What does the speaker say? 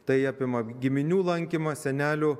tai apima giminių lankymą senelių